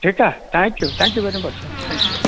ठीकु आहे thank you thank you very much thank you